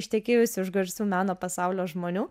ištekėjusi už garsių meno pasaulio žmonių